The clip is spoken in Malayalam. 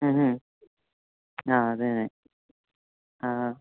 മ്മ് മ്മ് ആ അതെ അതെ ആ